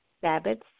Sabbaths